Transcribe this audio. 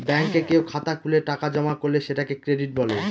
ব্যাঙ্কে কেউ খাতা খুলে টাকা জমা করলে সেটাকে ক্রেডিট বলে